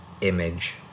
image